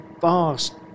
vast